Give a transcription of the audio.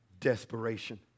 Desperation